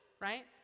right